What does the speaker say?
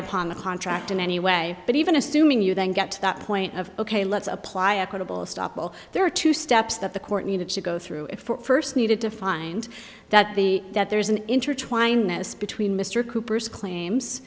upon the contract in any way but even assuming you then get to that point of ok let's apply equitable stoppel there are two steps that the court needed to go through if needed to find that the that there's an interchange linus between mr cooper's claims